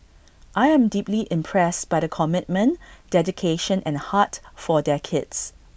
I am deeply impressed by the commitment dedication and heart for their kids